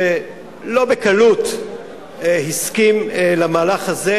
שלא בקלות הסכים למהלך הזה,